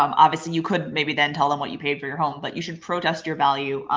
um obviously you could maybe then tell them what you paid for your home, but you should protest your value.